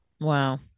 wow